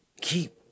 keep